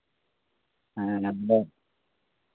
ᱦᱮᱸ